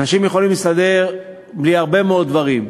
אנשים יכולים להסתדר בלי הרבה מאוד דברים,